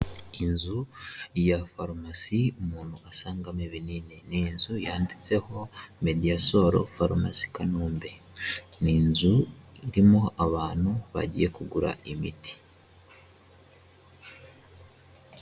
Inzu ya farumasi umuntu asangamo ibinini, ni inzu yanditseho Mediasol Farumasi Kanombe, ni inzu irimo abantu bagiye kugura imiti.